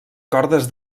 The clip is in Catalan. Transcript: cordes